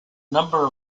number